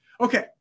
Okay